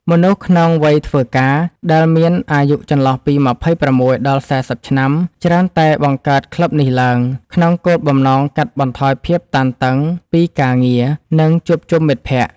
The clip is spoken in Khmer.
មនុស្សក្នុងវ័យធ្វើការ ដែលមានអាយុចន្លោះពី ២៦ ដល់ ៤០ ឆ្នាំ ច្រើនតែបង្កើតក្លឹបនេះឡើង ក្នុងគោលបំណងកាត់បន្ថយភាពតានតឹងពីការងារ និងជួបជុំមិត្តភក្តិ។